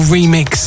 Remix